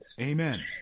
Amen